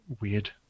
weird